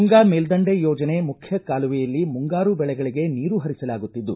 ತುಂಗಾ ಮೇಲ್ದಂಡ ಯೋಜನೆ ಮುಖ್ಯ ಕಾಲುವೆಯಲ್ಲಿ ಮುಂಗಾರು ಬೆಳೆಗಳಿಗೆ ನೀರು ಹರಿಸಲಾಗುತ್ತಿದ್ದು